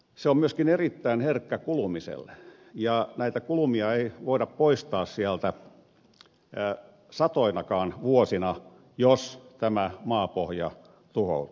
se on myöskin erittäin herkkä kulumiselle ja näitä kulumia ei voida poistaa sieltä satoinakaan vuosina jos tämä maapohja tuhoutuu